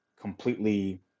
completely